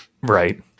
Right